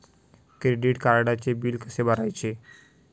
Credit कार्डचे bill कसे भरायचे?